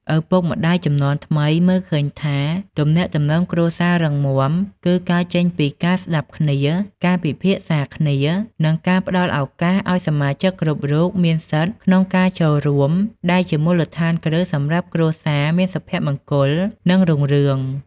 ឪពុកម្ដាយជំនាន់ថ្មីមើលឃើញថា ទំនាក់ទំនងគ្រួសាររឹងមាំគឺកើតចេញពីការស្ដាប់គ្នា ការពិភាក្សាគ្នា និងការផ្ដល់ឱកាសឲ្យសមាជិកគ្រប់រូបមានសិទ្ធិក្នុងការចូលរួម ដែលជាមូលដ្ឋានគ្រឹះសម្រាប់គ្រួសារមានសុភមង្គល និងរុងរឿង។